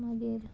मागीर